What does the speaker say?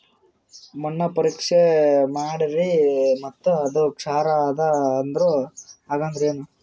ಮಣ್ಣ ಪರೀಕ್ಷಾ ಮಾಡ್ಯಾರ್ರಿ ಮತ್ತ ಅದು ಕ್ಷಾರ ಅದ ಅಂದ್ರು, ಹಂಗದ್ರ ಏನು?